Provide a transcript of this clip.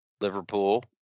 Liverpool